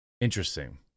interesting